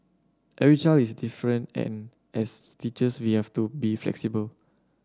every child is different and as teachers we have to be flexible